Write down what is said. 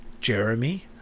Jeremy